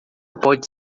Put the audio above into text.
pode